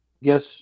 yes